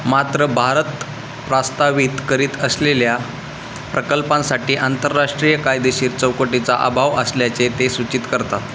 मात्र भारत प्रस्तावित करीत असलेल्या प्रकल्पांसाठी आंतरराष्ट्रीय कायदेशीर चौकटीचा अभाव असल्याचे ते सूचित करतात